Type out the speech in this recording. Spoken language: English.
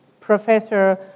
Professor